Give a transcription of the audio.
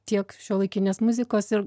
tiek šiuolaikinės muzikos ir